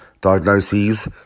diagnoses